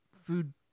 food